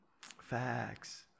Facts